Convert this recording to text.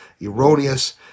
erroneous